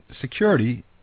Security